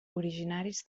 originaris